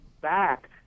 back